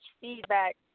feedback